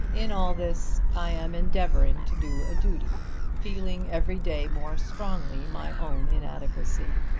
in all this i am endeavouring to do a duty feeling every day more strongly my own inadequacy.